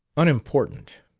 unimportant,